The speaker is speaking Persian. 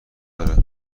داره